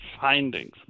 findings